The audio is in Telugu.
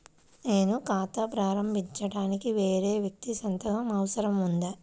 నేను ఖాతా ప్రారంభించటానికి వేరే వ్యక్తి సంతకం అవసరం ఉందా?